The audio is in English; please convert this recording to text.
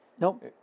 Nope